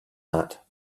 that